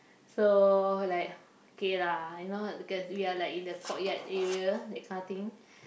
so like okay lah you know because we are like in the courtyard area that kind thing